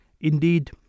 Indeed